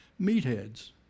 meatheads